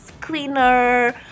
cleaner